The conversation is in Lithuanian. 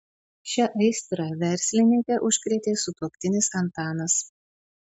šia aistra verslininkę užkrėtė sutuoktinis antanas